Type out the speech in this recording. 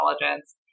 intelligence